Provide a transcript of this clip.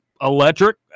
Electric